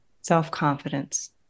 self-confidence